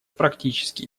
практические